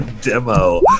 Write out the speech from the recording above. demo